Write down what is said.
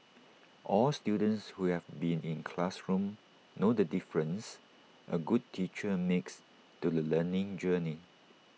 all students who have been in classrooms know the difference A good teacher makes to the learning journey